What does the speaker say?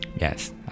Yes